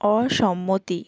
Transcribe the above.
অসম্মতি